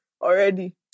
already